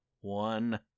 One